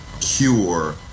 cure